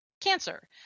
cancer